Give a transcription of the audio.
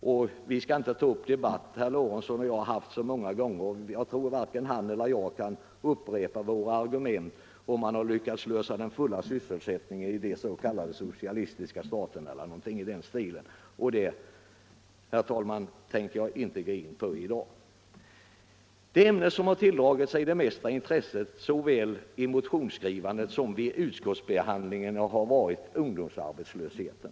Herr Lorentzon och jag har debatterat så många gånger om det här, och jag tror att varken han eller jag skall upprepa argumenten i dag när det gäller om man har lyckats skapa den fulla sysselsättningen i de s.k. socialistiska staterna eller någonting i den stilen. Det ämne som har tilldragit sig det största intresset såväl vid motionsskrivandet som vid utskottsbehandlingen har varit ungdomsarbetslösheten.